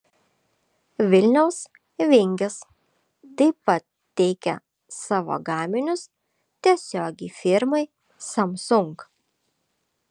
vilniaus vingis taip pat teikia savo gaminius tiesiogiai firmai samsung